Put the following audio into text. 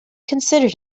considered